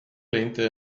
lehnte